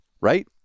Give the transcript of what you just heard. right